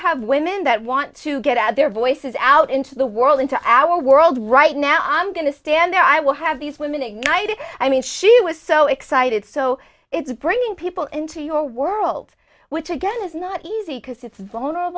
have women that want to get out their voices out into the world into our world right now i'm going to stand there i will have these women ignited i mean she was so excited so it's bringing people into your world which again is not easy because it's